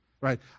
right